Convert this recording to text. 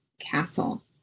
castle